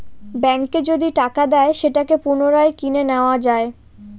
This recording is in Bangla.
ব্যাঙ্কে যদি টাকা দেয় সেটাকে পুনরায় কিনে নেত্তয়া যায়